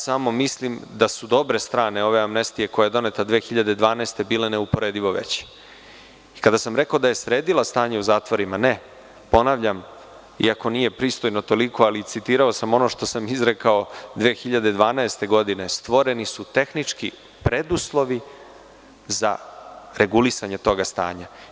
Samo mislim da su dobre strane ove amnestije koja je doneta 2012. godine bila neuporedivo veće, i kada sam rekao da je sredila stanje u zatvorima, ponavljam iako nije pristojno toliko, ali citirao sam ono što sam izrekao 2012. godine, stvoreni su tehnički preduslovi za regulisanje tog stanja.